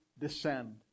descend